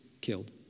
killed